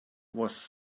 was